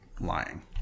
lying